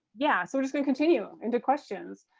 yeah so we're just gonna continue into questions.